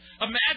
Imagine